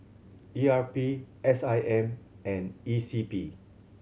E R P S I M and E C P